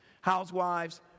Housewives